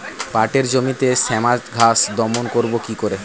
পাটের জমিতে শ্যামা ঘাস দমন করবো কি করে?